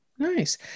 Nice